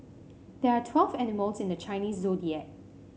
there are twelve animals in the Chinese Zodiac